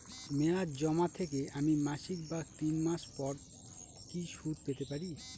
মেয়াদী জমা থেকে আমি মাসিক বা তিন মাস পর কি সুদ পেতে পারি?